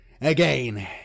Again